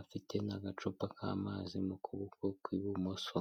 afite n'agacupa k'amazi mu kuboko kw'ibumoso.